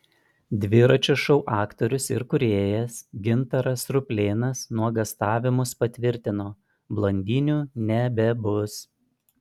dviračio šou aktorius ir kūrėjas gintaras ruplėnas nuogąstavimus patvirtino blondinių nebebus